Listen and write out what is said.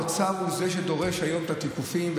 האוצר הוא שדורש היום לתגבר את התיקופים,